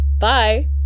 Bye